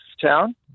town